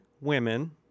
women